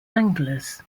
anglers